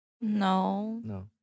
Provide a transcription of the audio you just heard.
No